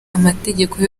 amategeko